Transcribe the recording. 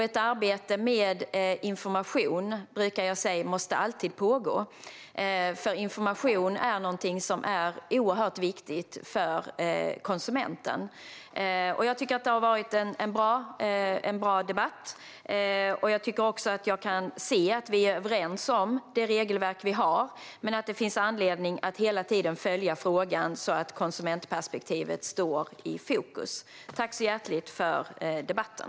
Ett arbete med information måste alltid pågå. Information är oerhört viktigt för konsumenten. Det har varit en bra debatt. Jag kan se att vi är överens om det regelverk som finns, men det finns anledning att hela tiden följa frågan så att konsumentperspektivet står i fokus. Tack så hjärtligt för debatten!